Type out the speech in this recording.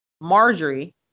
Marjorie